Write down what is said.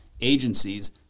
agencies